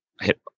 hit